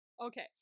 Okay